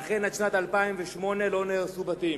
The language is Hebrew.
ואכן עד שנת 2008 לא נהרסו בתים.